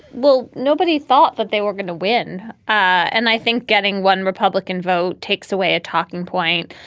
well, nobody thought that they were going to win. and i think getting one republican vote takes away a talking point.